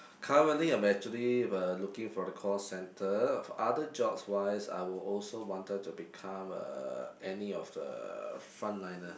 currently I am actually uh looking for a call centre other jobs wise I will also wanted to become a any of uh front liner